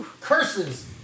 Curses